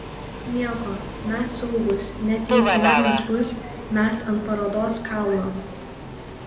nieko mes saugūs net jei cunamis bus mes ant parodos kalno